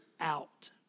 out